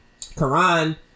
Quran